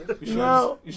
No